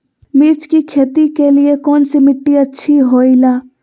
मिर्च की खेती के लिए कौन सी मिट्टी अच्छी होईला?